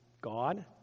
God